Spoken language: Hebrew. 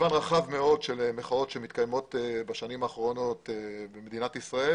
מגוון רחב מאוד של מחאות שמתקיימות בשנים האחרונות במדינת ישראל